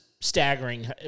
staggering